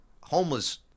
homeless